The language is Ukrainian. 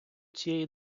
цієї